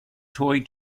toy